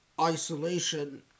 isolation